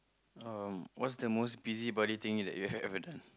um what's the most busybody thing that you have ever done